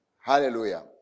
Hallelujah